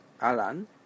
Alan